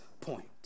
point